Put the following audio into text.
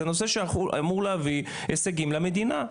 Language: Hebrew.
זה נושא שאמור להביא הישגים למדינה,